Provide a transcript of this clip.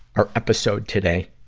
our episode today.